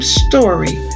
story